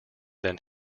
then